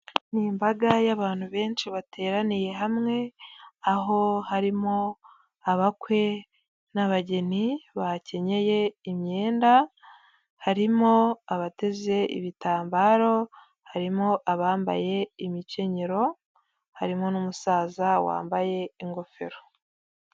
Ni imbaga y'abantu benshi bateraniye hamwe, aho harimo abakwe n'abageni bakenyeye imyenda, harimo abateze ibitambaro, harimo abambaye imikenyero, harimo n'umusaza wambaye ingofero.